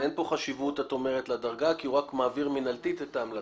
את אומרת שאין כאן חשיבות לדרגה כי הוא רק מעביר מינהלתית את ההמלצה.